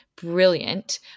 brilliant